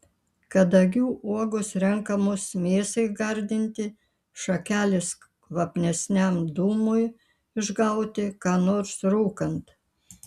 kadagių uogos renkamos mėsai gardinti šakelės kvapnesniam dūmui išgauti ką nors rūkant